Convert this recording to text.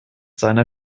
seiner